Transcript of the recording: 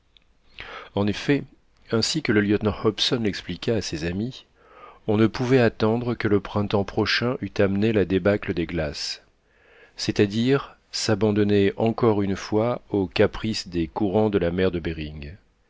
en effet ainsi que le lieutenant hobson l'expliqua à ses amis on ne pouvait attendre que le printemps prochain eût amené la débâcle des glaces c'est-à-dire s'abandonner encore une fois aux caprices des courants de la mer de behring